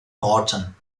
norton